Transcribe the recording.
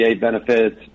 benefits